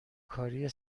کاری